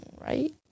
right